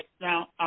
Now